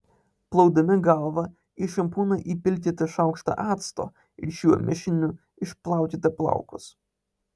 plaudami galvą į šampūną įpilkite šaukštą acto ir šiuo mišiniu išplaukite plaukus